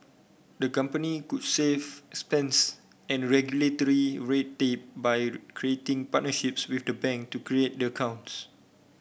the company could save expense and regulatory red tape by creating partnerships with bank to create their accounts